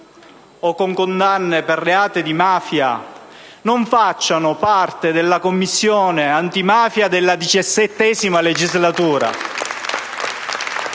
o con condanne per reati di mafia non facciano parte della Commissione antimafia della XVII legislatura.